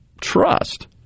trust